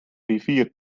rivier